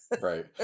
Right